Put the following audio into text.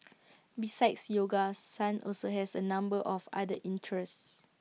besides yoga sun also has A number of other interests